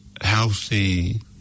healthy